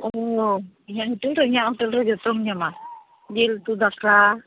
ᱚᱸᱻ ᱤᱧᱟᱹᱜ ᱦᱳᱴᱮᱞ ᱨᱮ ᱤᱧᱟᱹᱜ ᱦᱳᱴᱮᱞ ᱨᱮ ᱡᱚᱛᱚᱢ ᱧᱟᱢᱟ ᱡᱤᱞ ᱩᱛᱩ ᱫᱟᱠᱟ